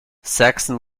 saxon